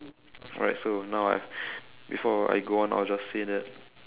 alright so now I before I go on I'll just say that